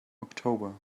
october